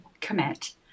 commit